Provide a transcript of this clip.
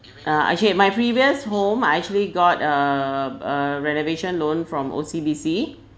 uh actually my previous home I actually got a a renovation loan from O_C_B_C